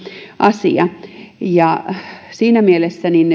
asia siinä mielessä